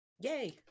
yay